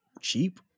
cheap